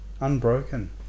unbroken